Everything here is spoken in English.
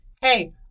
Hey